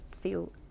feel